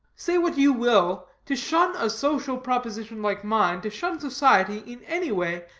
say what you will, to shun a social proposition like mine, to shun society in any way,